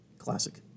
Classic